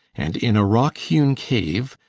and in a rock-hewn cave,